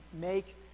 make